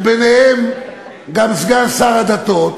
וביניהם גם סגן שר הדתות,